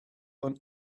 von